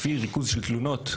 לפי ריכוז של תלונות,